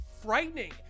frightening